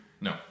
No